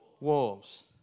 wolves